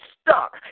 stuck